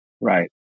Right